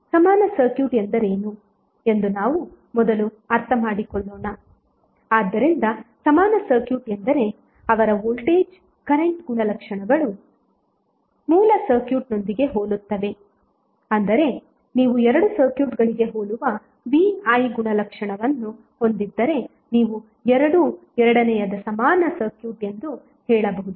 ಸಮಾನ ಸರ್ಕ್ಯೂಟ್ ಎಂದರೇನು ಎಂದು ನಾವು ಮೊದಲು ಅರ್ಥಮಾಡಿಕೊಳ್ಳೋಣ ಆದ್ದರಿಂದ ಸಮಾನ ಸರ್ಕ್ಯೂಟ್ ಎಂದರೆ ಅವರ ವೋಲ್ಟೇಜ್ ಕರೆಂಟ್ ಗುಣಲಕ್ಷಣಗಳು ಮೂಲ ಸರ್ಕ್ಯೂಟ್ನೊಂದಿಗೆ ಹೋಲುತ್ತವೆ ಅಂದರೆ ನೀವು ಎರಡು ಸರ್ಕ್ಯೂಟ್ಗಳಿಗೆ ಹೋಲುವ VI ಗುಣಲಕ್ಷಣವನ್ನು ಹೊಂದಿದ್ದರೆ ನೀವು ಎರಡೂ ಎರಡನೆಯದ ಸಮಾನ ಸರ್ಕ್ಯೂಟ್ ಎಂದು ಹೇಳಬಹುದು